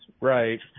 Right